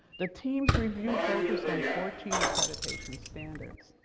the team's review focused on fourteen accreditation standards,